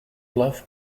bluff